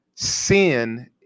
Sin